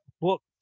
book